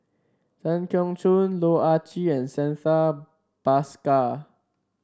Tan Keong Choon Loh Ah Chee and Santha Bhaskar